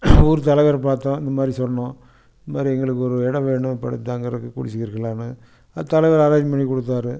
ஊர் தலைவரை பார்த்தோம் இந்தமாதிரி சொன்னோம் இந்தமாதிரி எங்களுக்கு ஒரு இடம் வேணும் படுத்து தங்குறதுக்கு குளிச்சுக்கிறதுக்குலான்னு தலைவர் அரேஞ்ச் பண்ணி கொடுத்தாரு